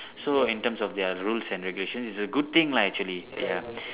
so in terms of their rules and regulation it's a good thing lah actually ya